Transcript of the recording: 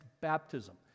baptism